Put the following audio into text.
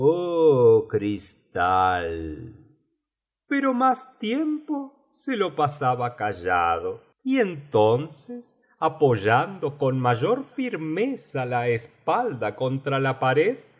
pero más tiempo se lo pagaba callado y entonces apoyando con mayor firmeza la espalda contra la pared